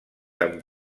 amb